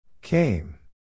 Came